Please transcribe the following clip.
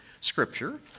scripture